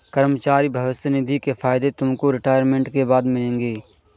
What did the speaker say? कर्मचारी भविष्य निधि के फायदे तुमको रिटायरमेंट के बाद मिलेंगे